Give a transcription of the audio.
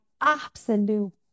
absolute